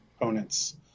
opponents